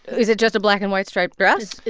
is it just a black and white striped dress?